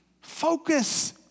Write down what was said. focus